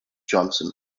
johnson